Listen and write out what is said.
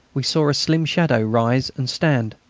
we saw a slim shadow rise and stand.